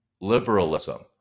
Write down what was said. liberalism